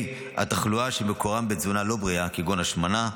התחלואה שמקורם בתזונה לא בריאה כגון: השמנה,